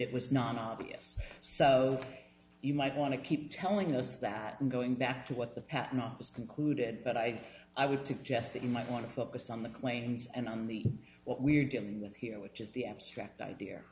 it was non obvious so you might want to keep telling us that and going back to what the patent office concluded but i i would suggest that you might want to focus on the claims and on the what we're dealing with here which is the abstract idea